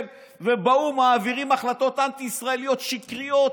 ובאו"ם מעבירים החלטות אנטי-ישראליות שקריות,